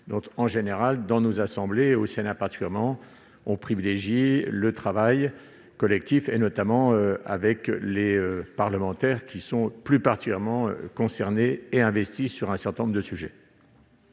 dont, en général, dans nos assemblées- au Sénat particulièrement -, on privilégie le travail collectif, notamment avec les parlementaires concernés et investis sur un certain nombre de sujets.